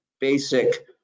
basic